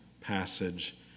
passage